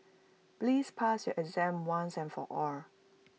please pass your exam once and for all